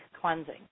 cleansing